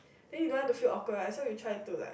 then you don't want to feel awkward right then you try to like